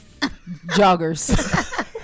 Joggers